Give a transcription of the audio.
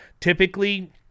typically